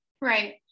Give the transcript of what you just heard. Right